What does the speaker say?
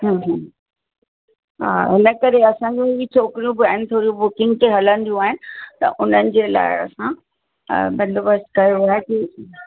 हम्म हम्म हा हुन करे असांजूं बि छोकिरियूं आहिनि थोरियूं बुकिंग ते हलंदियूं आहिनि त उन्हनि जे लाइ असां बंदोबस्तु कयो आहे